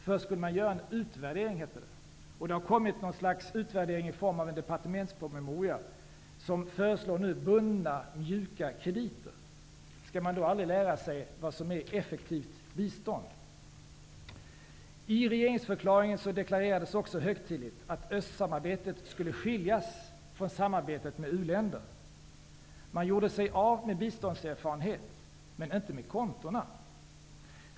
Först skulle man göra en utvärdering, hette det, och det har kommit något slags utvärdering i form av en departementspromemoria där det föreslås bundna mjuka krediter. Skall man då aldrig lära sig vad som är effektivt bistånd? I regeringsförklaringen deklarerades högtidligt att östsamarbetet skulle skiljas från samarbetet med uländerna. Man gjorde sig av med biståndserfarenhet men inte med kontona.